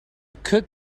could